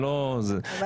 אני נותן לך טיפ,